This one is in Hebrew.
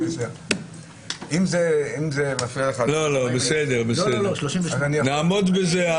אם זה מפריע לך --- לא, לא, בסדר, נעמוד בזה.